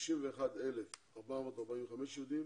51,445 יהודים